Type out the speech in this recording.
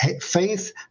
faith